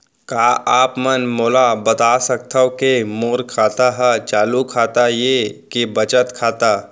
का आप मन मोला बता सकथव के मोर खाता ह चालू खाता ये के बचत खाता?